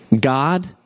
God